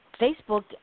Facebook